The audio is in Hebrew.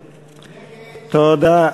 ובקרה,